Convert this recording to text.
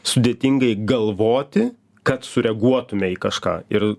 sudėtingai galvoti kad sureaguotume į kažką ir